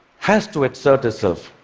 has to assert itself,